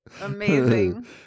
Amazing